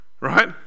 Right